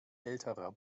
älterer